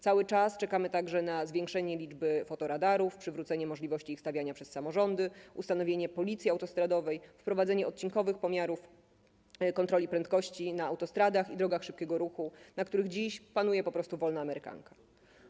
Cały czas czekamy także na zwiększenie liczby fotoradarów, przywrócenie możliwości ich stawiania przez samorządy, ustanowienie policji autostradowej, wprowadzenie odcinkowych pomiarów kontroli prędkości na autostradach i drogach szybkiego ruchu, na których dziś panuje po prostu wolna amerykanka.